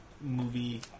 movie